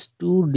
two